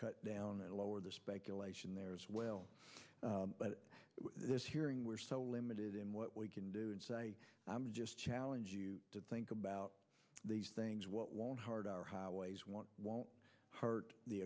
cut down at a lower the speculation there as well but this hearing were so limited in what we can do and say i'm just challenge you to think about these things it won't hurt our highways won't won't hurt the